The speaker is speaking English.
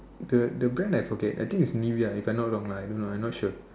the the brand I forget I think is Nivea if I not wrong lah I don't know I not sure